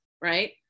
right